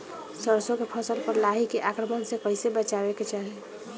सरसो के फसल पर लाही के आक्रमण से कईसे बचावे के चाही?